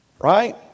right